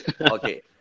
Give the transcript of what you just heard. Okay